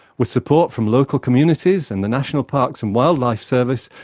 with support from local communities and the national parks and wildlife service,